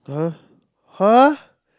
!huh! !huh!